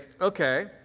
okay